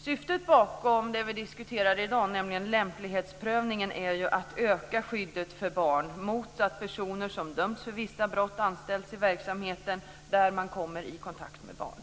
Syftet bakom det vi diskuterar i dag, nämligen lämplighetsprövningen, är att öka skyddet för barn mot att personer som dömts för vissa brott anställs i verksamhet där de kommer i kontakt med barn.